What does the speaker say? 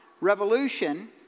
revolution